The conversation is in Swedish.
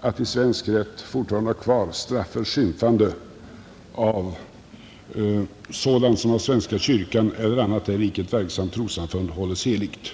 att i svensk rätt fortfarande ha kvar straff för skymfande av sådant som av svenska kyrkan eller annat här i riket verksamt trossamfund hålles heligt.